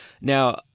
Now